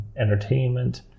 entertainment